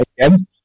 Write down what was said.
again